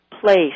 place